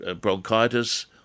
bronchitis